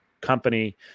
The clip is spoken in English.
company